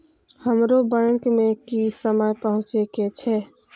हमरो बैंक में की समय पहुँचे के छै?